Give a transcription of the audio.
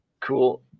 Cool